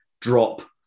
drop